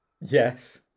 Yes